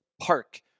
park